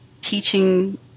Teaching